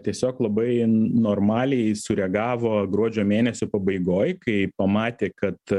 tiesiog labai normaliai sureagavo gruodžio mėnesio pabaigoj kai pamatė kad